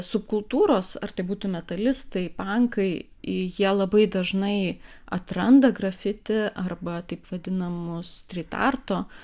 subkultūros ar tai būtų metalistai pankai jie labai dažnai atranda grafiti arba taip vadinamus stryt arto